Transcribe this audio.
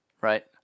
right